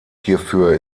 hierfür